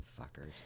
Fuckers